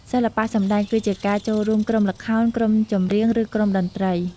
សិល្បៈសម្តែងគឺជាការ ចូលរួមក្រុមល្ខោន ក្រុមចម្រៀង ឬក្រុមតន្រ្តី។